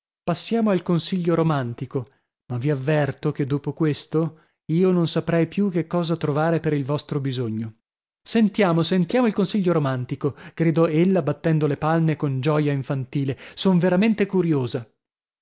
passiamo al consiglio romantico ma vi avverto che dopo questo io non saprei più che cosa trovare per il vostro bisogno sentiamo sentiamo il consiglio romantico gridò ella battendo le palme con gioia infantile son veramente curiosa